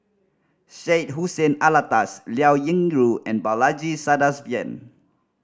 Syed Hussein Alatas Liao Yingru and Balaji Sadasivan